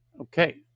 Okay